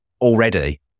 already